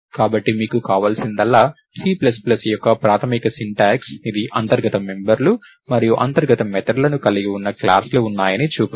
కాబట్టి మీకు కావలసిందల్లా సి ప్లస్ ప్లస్ యొక్క ప్రాథమిక సింటాక్స్ ఇది అంతర్గత మెంబర్లు మరియు అంతర్గత మెథడ్ లను కలిగి ఉన్న క్లాస్ లు ఉన్నాయని చూపుతుంది